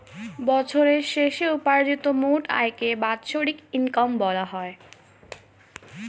বছরের শেষে উপার্জিত মোট আয়কে বাৎসরিক ইনকাম বলা হয়